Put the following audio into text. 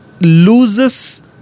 loses